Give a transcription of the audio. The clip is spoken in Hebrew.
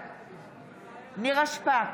בעד נירה שפק,